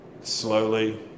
slowly